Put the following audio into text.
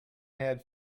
had